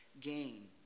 gain